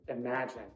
imagine